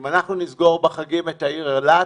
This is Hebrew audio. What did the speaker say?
אם אנחנו נסגור בחגים את העיר אילת